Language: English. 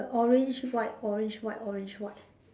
orange white orange white orange white